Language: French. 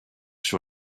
sur